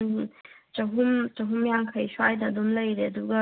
ꯆꯍꯨꯝ ꯆꯍꯨꯝ ꯌꯥꯡꯈꯩ ꯁ꯭ꯋꯥꯏꯗ ꯑꯗꯨꯝ ꯂꯩꯔꯦ ꯑꯗꯨꯒ